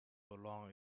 along